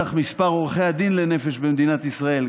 ומאידך מספר עורכי הדין לנפש גדול,